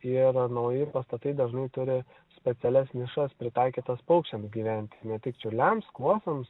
ir nauji pastatai dažnai turi specialias nišas pritaikytas paukščiams gyventi ne tik čiurliams kuosoms